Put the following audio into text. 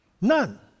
none